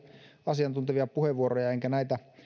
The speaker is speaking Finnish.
asiantuntevia puheenvuoroja enkä näitä